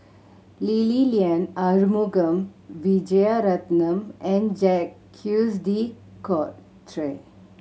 Lee Li Lian Arumugam Vijiaratnam and Jacques De Coutre